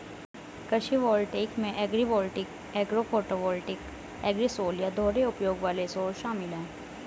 कृषि वोल्टेइक में agrivoltaic agro photovoltaic agrisol या दोहरे उपयोग वाले सौर शामिल है